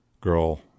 girl